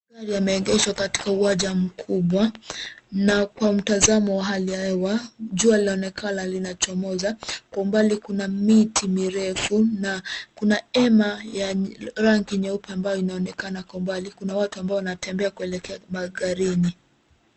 Magari yameegeshwa katika uwanja mkubwa na kwa mtazamo wa hali ya hewa jua laonekana linachomoza. Kwa umbali kuna miti mirefu na kuna hema ya rangi nyeupe ambayo inaonekana kwa mbali. Kuna watu ambao wanatembea kuelekea magarini.